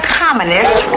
communist